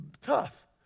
tough